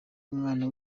umwana